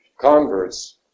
converts